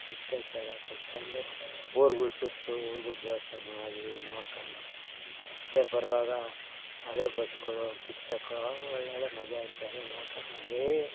ಕಿಟಕಿ ಸೈಡಲ್ಲಿ ಕುತ್ಕೊಂಡು ಊರುಗಳ ಸುತ್ತು ಊರುಗಳ ದೇವಸ್ಥಾನ ಅದು ಇದು ನೋಡ್ಕೊಂಡು ಮತ್ತು ಬರುವಾಗ ಅದೇ ಬಸ್ಸುಗಳು ಸಿಕ್ಕಬೇಕು ಆವಾಗ ಒಳ್ಳೊಳ್ಳೆಯ ಮಜಾ ಇರ್ತದೆ ನೋಡ್ಕೊಂಡಂಗೇ